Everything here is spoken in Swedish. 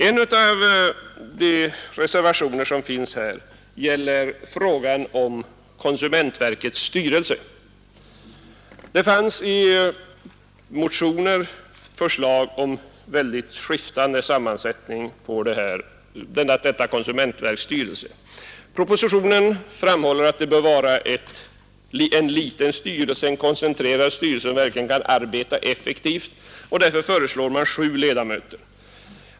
En av reservationerna gäller sammansättningen av konsumentverkets styrelse. I motionerna finns mycket skiftande förslag om sammansättningen av konsumentverkets styrelse. I propositionen framhålls att det bör vara en liten, koncentrerad styrelse, som verkligen kan arbeta effektivt, och därför föreslås sju ledamöter.